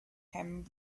him